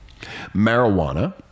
marijuana